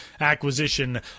acquisition